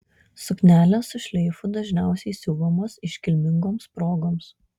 suknelės su šleifu dažniausiai siuvamos iškilmingoms progoms